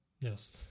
Yes